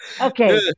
okay